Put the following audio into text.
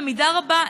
במידה רבה,